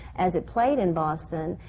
as it played in boston,